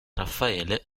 raffaele